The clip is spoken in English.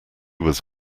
was